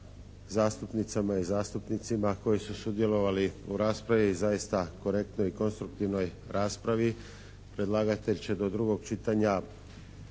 zastupnicama i zastupnicima koji su sudjelovali u raspravi, zaista korektnoj i konstruktivnoj raspravi. Predlagatelj će do drugog čitanja